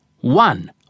One